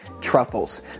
truffles